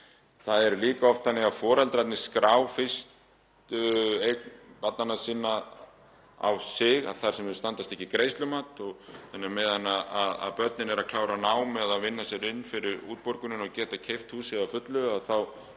Það er líka oft þannig að foreldrarnir skrá fyrst eign barnanna sinna á sig þar sem þau standast ekki greiðslumat og á meðan börnin eru að klára nám eða að vinna sér inn fyrir útborguninni og geta keypt húsið að fullu þá